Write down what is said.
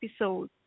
episode